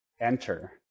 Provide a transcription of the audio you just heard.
enter